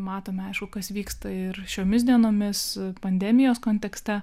matome aišku kas vyksta ir šiomis dienomis pandemijos kontekste